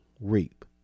reap